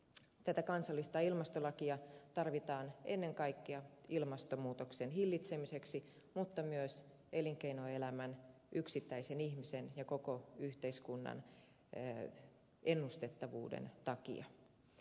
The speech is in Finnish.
tätä kansallista ilmastolakia tarvitaan ennen kaikkea ilmastonmuutoksen hillitsemiseksi mutta myös elinkeinoelämän yksittäisen ihmisen ja koko yhteiskunnan ennustettavuuden takia